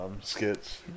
skits